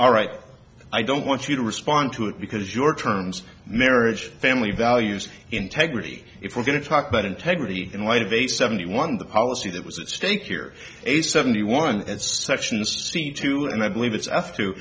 all right i don't want you to respond to it because your terms marriage family values integrity if we're going to talk about integrity in light of a seventy one the policy that was at stake here a seventy one sections seem to and i believe it's